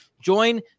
Join